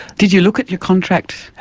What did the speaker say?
did you look at your contract?